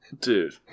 Dude